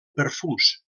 perfums